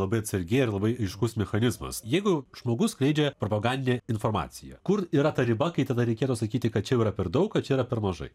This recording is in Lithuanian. labai atsargiai ir labai aiškus mechanizmas jeigu žmogus skleidžia propagandinę informaciją kur yra ta riba kai tada reikėtų sakyti kad čia jau yra per daug o čia yra per mažai